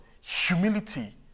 humility